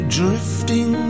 drifting